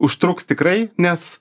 užtruks tikrai nes